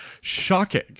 Shocking